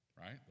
Right